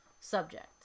subject